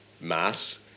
mass